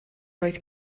oedd